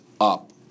up